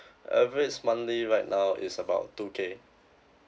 average monthly right now is about two K